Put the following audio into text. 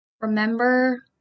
Remember